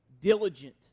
diligent